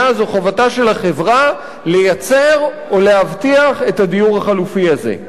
זו חובתה של החברה לייצר או להבטיח את הדיור החלופי הזה.